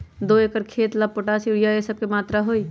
दो एकर खेत के ला पोटाश, यूरिया ये सब का मात्रा होई?